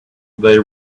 they